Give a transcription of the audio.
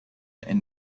and